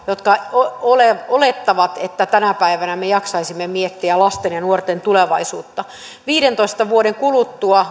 jotka olettavat että tänä päivänä me jaksaisimme miettiä lasten ja nuorten tulevaisuutta viidentoista vuoden kuluttua